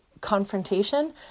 confrontation